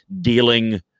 dealing